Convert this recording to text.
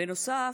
בנוסף,